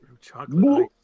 chocolate